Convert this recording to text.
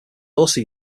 also